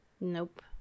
nope